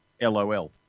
L-O-L